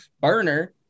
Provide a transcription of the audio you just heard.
burner